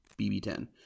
BB10